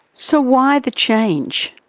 so why the change?